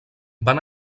van